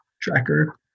tracker